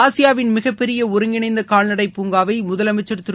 ஆசியாவின் மிகப் பெரிய ஒருங்கிணைந்த கால்நடைப் பூங்காவை முதலமைச்சர் திரு